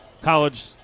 college